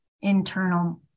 internal